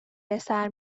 بسر